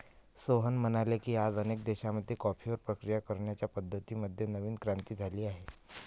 सोहन म्हणाले की, आज अनेक देशांमध्ये कॉफीवर प्रक्रिया करण्याच्या पद्धतीं मध्ये नवीन क्रांती झाली आहे